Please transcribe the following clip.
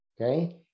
Okay